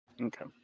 Okay